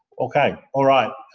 okay, all right.